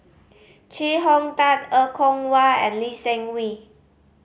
Chee Hong Tat Er Kwong Wah and Lee Seng Wee